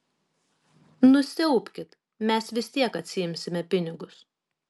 nusiaubkit mes vis tiek atsiimsime pinigus